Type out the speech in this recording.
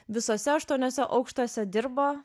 visuose aštuoniuose aukštuose dirbo